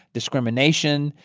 discrimination.